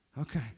Okay